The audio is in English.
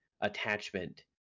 attachment